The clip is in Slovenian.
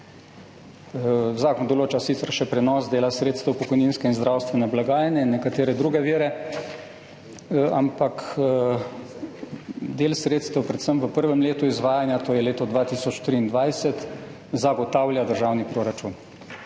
Zakon določa sicer še prenos dela sredstev pokojninske in zdravstvene blagajne in nekatere druge vire, ampak del sredstev predvsem v prvem letu izvajanja, to je leto 2023, zagotavlja državni proračun.